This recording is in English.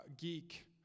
geek